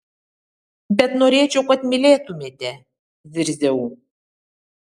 bet norėčiau kad mylėtumėte zirziau